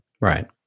Right